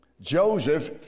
Joseph